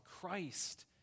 Christ